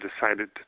decided